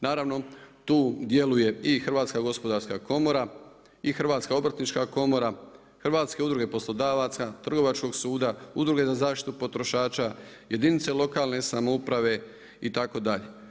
Naravno tu djeluje i Hrvatska gospodarska komora i Hrvatska obrtnička komora, Hrvatske udruge poslodavaca, Trgovačkog suda, Udruge za zaštitu potrošača, jedinice lokalne samouprave itd.